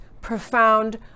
profound